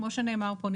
כמו שנאמר פה,